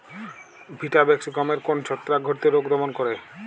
Vitavax গমের কোন ছত্রাক ঘটিত রোগ দমন করে?